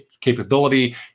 capability